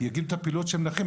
יגידו את הפעילות שהם מנחים,